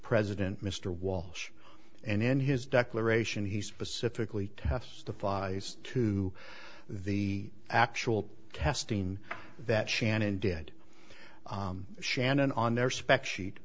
president mr walsh and in his declaration he specifically testifies to the actual casting that shannon did shannon on their spec sheet